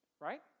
right